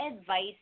advice